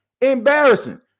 Embarrassing